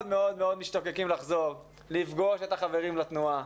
מאוד משתוקקים לחזור ולפגוש את החברים לתנועה,